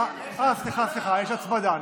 סליחה, סליחה, יש הצמדה.